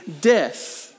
death